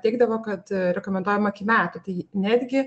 teigdavo kad rekomenduojama iki metų tai netgi